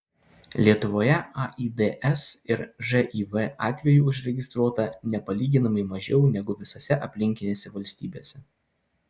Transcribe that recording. lietuvoje aids ir živ atvejų užregistruota nepalyginamai mažiau negu visose aplinkinėse valstybėse